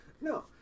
No